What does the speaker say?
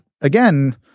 again